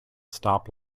stop